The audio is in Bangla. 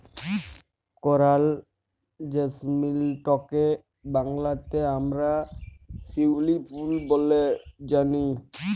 করাল জেসমিলটকে বাংলাতে আমরা শিউলি ফুল ব্যলে জানি